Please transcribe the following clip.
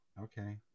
okay